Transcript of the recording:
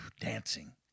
dancing